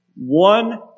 one